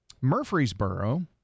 Murfreesboro